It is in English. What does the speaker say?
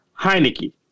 Heineke